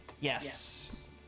Yes